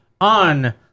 on